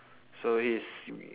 so he's